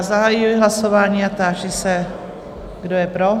Zahajuji hlasování a táži se, kdo je pro?